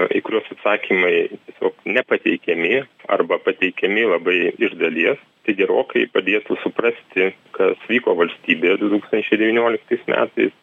į kuriuos atsakymai tiesiog nepateikiami arba pateikiami labai iš dalies tai gerokai padėtų suprasti kas vyko valstybėje du tūkstančiai devynioliktas metais